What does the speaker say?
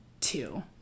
two